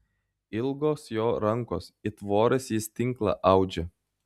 ilgos jo rankos it voras jis tinklą audžia